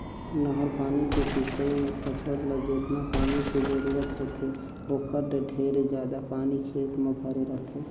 नहर पानी के सिंचई मे फसल ल जेतना पानी के जरूरत होथे ओखर ले ढेरे जादा पानी खेत म भरे रहथे